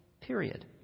period